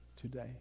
today